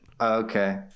Okay